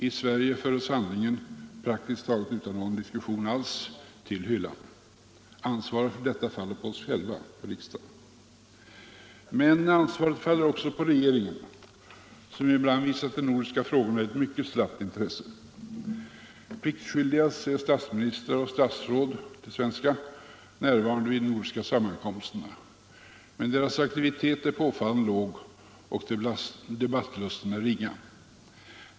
I Sverige förs handlingarna praktiskt taget utan någon diskussion alls till hyllan. Ansvaret för detta faller på oss själva här i riksdagen. Men ansvaret för denna nonchalans faller också på regeringen, som ibland visar de nordiska frågorna ett mycket slappt intresse. Pliktskyldigast är Sveriges statsminister och statsråd närvarande vid de nordiska sammankomsterna, men deras aktivitet är påfallande låg och debattlusten ringa.